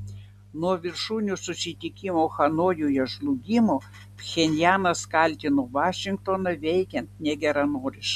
nuo viršūnių susitikimo hanojuje žlugimo pchenjanas kaltino vašingtoną veikiant negeranoriškai